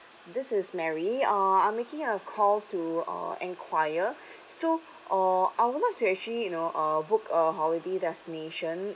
this is mary uh I making a call to uh enquire so uh I would like to actually you know uh book a holiday destination